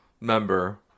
member